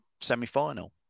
semi-final